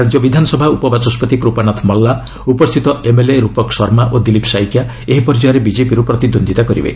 ରାଜ୍ୟ ବିଧାନସଭା ଉପବାଚସ୍କତି କୂପାନାଥ ମାଲ୍ଲା ଉପସ୍ଥିତ ଏମ୍ଏଲ୍ଏ ରୂପକ ଶର୍ମା ଓ ଦିଲୀପ ସାଇକିଆ ଏହି ପର୍ଯ୍ୟାୟରେ ବିଜେପିରୁ ପ୍ରତିଦ୍ୱନ୍ଦ୍ୱିତା କରିବେ